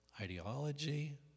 ideology